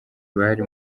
bari